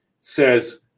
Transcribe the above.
says